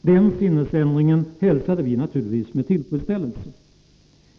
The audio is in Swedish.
Den sinnesändringen hälsade vi naturligtvis med tillfredsställelse.